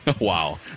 Wow